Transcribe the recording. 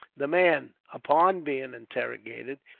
the man, upon being interrogated,